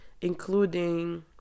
including